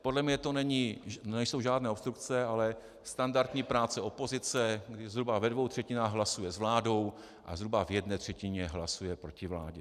Podle mě to nejsou žádné obstrukce, ale standardní práce opozice, kdy zhruba ve dvou třetinách hlasuje s vládou a zhruba v jedné třetině hlasuje proti vládě.